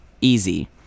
Easy